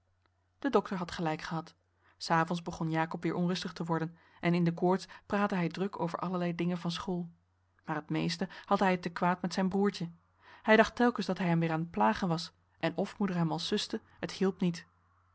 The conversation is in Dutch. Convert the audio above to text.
de dokter had gelijk gehad s avonds begon jacob weer onrustig te worden en in de koorts praatte hij druk over allerlei dingen van school maar t meeste had hij het te kwaad met zijn broertje hij dacht telkens dat hij hem weer aan het plagen was en of moeder hem al suste t hielp niet